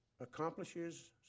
accomplishes